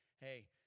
Hey